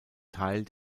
teil